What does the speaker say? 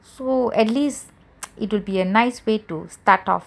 so at least it would be a nice way to start off